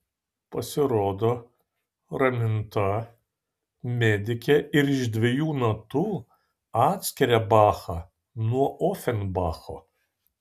pasirodo raminta medikė ir iš dviejų natų atskiria bachą nuo ofenbacho